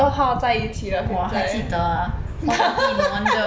!wah! 还记得 ah